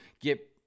get